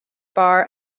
bar